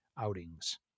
outings